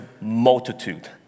multitude